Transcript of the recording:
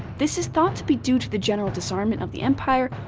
this is thought to be due to the general disarmament of the empire,